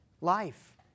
Life